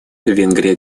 венгрия